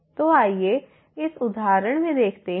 तो आइए इस उदाहरण में देखते हैं